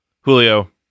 Julio